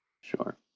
Sure